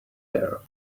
hair